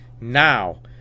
Now